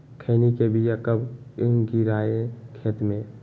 खैनी के बिया कब गिराइये खेत मे?